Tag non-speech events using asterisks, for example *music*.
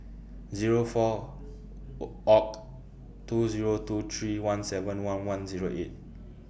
Zero four O *unintelligible* two Zero two three one seven one one Zero eight